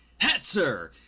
Hetzer